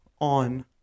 on